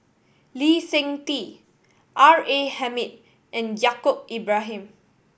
Lee Seng Tee R A Hamid and Yaacob Ibrahim